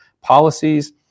policies